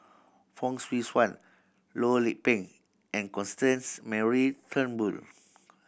Fong Swee Suan Loh Lik Peng and Constance Mary Turnbull